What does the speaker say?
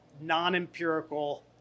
non-empirical